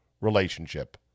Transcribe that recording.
relationship